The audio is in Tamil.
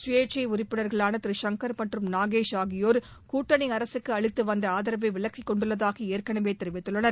சுயேட்சை உறுப்பினர்களான திரு சுங்கர் மற்றும் நாகேஷ் ஆகியோர் கூட்டணி அரசுக்கு அளித்து வந்த ஆதரவை விலக்கிக்கொண்டுள்ளதாக ஏற்கனவே தெரிவித்துள்ளனர்